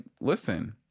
listen